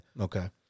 Okay